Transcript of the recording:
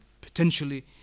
potentially